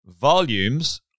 volumes